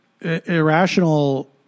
irrational